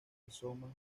rizomas